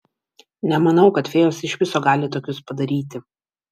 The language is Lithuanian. nemanau kad fėjos iš viso gali tokius padaryti